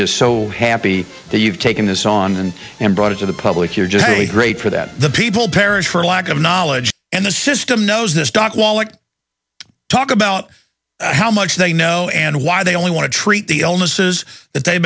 just so happy that you've taken this on and brought it to the public you're just a great for that the people perish for lack of knowledge and the system knows this doc well like talk about how much they know and why they only want to treat the illnesses that they